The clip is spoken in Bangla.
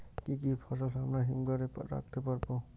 কি কি ফসল আমরা হিমঘর এ রাখতে পারব?